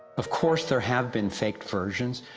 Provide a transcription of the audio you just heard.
of course there have been fake versions,